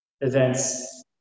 events